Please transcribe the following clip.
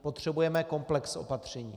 Potřebujeme komplex opatření.